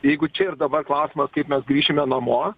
jeigu čia ir dabar klausimas kaip mes grįšime namo